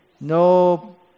No